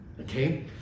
Okay